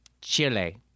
Chile